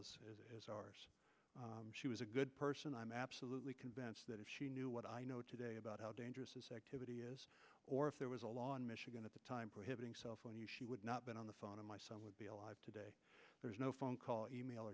as as ours she was a good person i'm absolutely convinced that if she knew what i know today about how dangerous activity is or if there was a law in michigan at the time prohibiting cell phone use she would not been on the phone to my son would be alive today there's no phone call email